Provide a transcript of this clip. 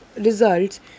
results